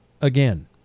again